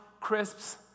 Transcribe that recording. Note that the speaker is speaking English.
crisps